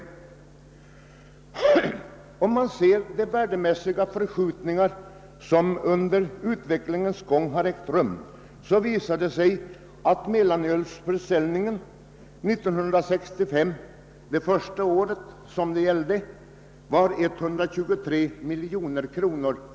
Om man studerar den värdemässiga förskjutning som under nämnda tid har ägt rum, finner man att mellanölsförsäljningen år 1965, det första året som allmänheten kunde köpa mellanöl, var 123 miljoner kronor.